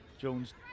Jones